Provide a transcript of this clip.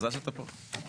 שומת הוועדה המקומית.